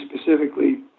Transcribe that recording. specifically